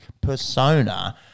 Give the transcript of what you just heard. persona